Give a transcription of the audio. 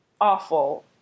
awful